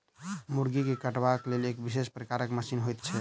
मुर्गी के कटबाक लेल एक विशेष प्रकारक मशीन होइत छै